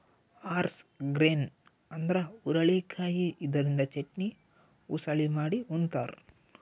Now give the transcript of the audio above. horse grain ಅಂದ್ರ ಹುರಳಿಕಾಯಿ ಇದರಿಂದ ಚಟ್ನಿ, ಉಸಳಿ ಮಾಡಿ ಉಂತಾರ್